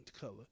color